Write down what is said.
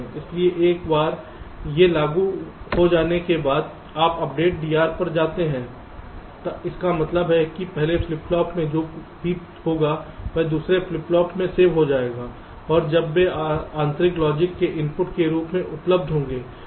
इसलिए एक बार ये लागू हो जाने के बाद आप अपडेट DR पर जाते हैं इसका मतलब है कि पहले फ्लिप फ्लॉप में जो भी होगा वह दूसरे फ्लिप फ्लॉप में सेव हो जाएगा और अब वे आंतरिक लॉजिक के इनपुट के रूप में उपलब्ध होंगे